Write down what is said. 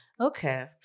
Okay